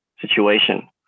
situation